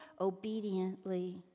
obediently